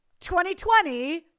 2020